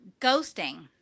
ghosting